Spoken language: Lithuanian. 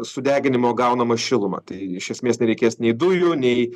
sudeginimo gaunamą šilumą tai iš esmės nereikės nei dujų nei